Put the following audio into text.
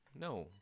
No